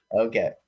okay